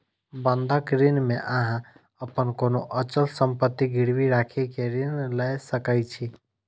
बंधक ऋण मे अहां अपन कोनो अचल संपत्ति गिरवी राखि कें ऋण लए सकै छी